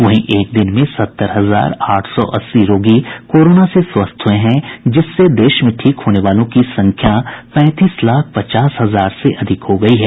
वहीं एक दिन में सत्तर हजार आठ सौ अस्सी रोगी कोरोना से स्वस्थ हुए हैं जिससे देश में ठीक होने वालों की संख्या पैंतीस लाख पचास हजार से अधिक हो गयी है